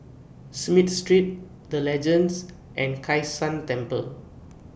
Smith Street The Legends and Kai San Temple